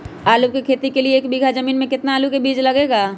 आलू की खेती के लिए एक बीघा जमीन में कितना आलू का बीज लगेगा?